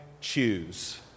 choose